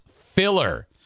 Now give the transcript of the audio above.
filler